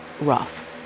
rough